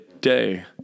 day